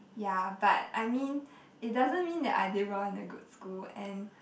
yeah but I mean it doesn't mean that I did well in a good school and